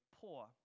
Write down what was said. poor